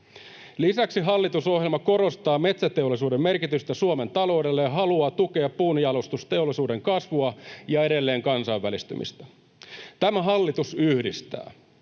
Lisäksi hallitusohjelma korostaa metsäteollisuuden merkitystä Suomen taloudelle ja haluaa tukea puunjalostusteollisuuden kasvua ja edelleen kansainvälistymistä. Tämä hallitus yhdistää.